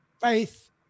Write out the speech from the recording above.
faith